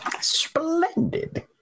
splendid